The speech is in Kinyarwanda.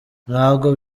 ntabwo